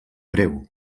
breu